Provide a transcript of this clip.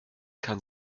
kann